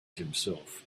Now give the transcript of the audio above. himself